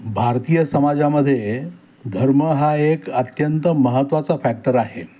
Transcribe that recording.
भारतीय समाजामधे धर्म हा एक अत्यंत महत्वाचा फॅक्टर आहे